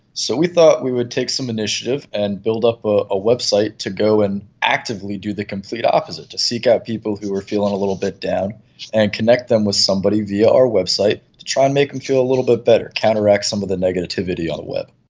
so we thought we would take some initiative and build up a ah website to go and actively do the complete opposite, to seek out people who were feeling a little bit down and connect them with somebody via our website to try and make them feel a little bit better, counteract some of the negativity on the web.